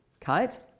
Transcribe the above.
kite